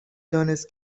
دانست